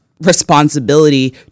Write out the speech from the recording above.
responsibility